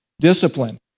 discipline